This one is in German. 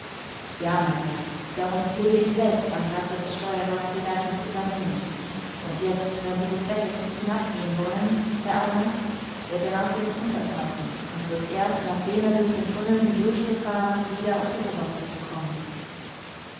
ja mein herr darum pflege ich selbst am platze des steuerers die leitung zu übernehmen und jetzt wenn sie gefälligst hinabgehen wollen herr arronax wird der nautilus untertauchen und wird erst nachdem er durch den tunnel hindurch gefahren wieder auf die oberfläche kommen